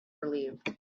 relieved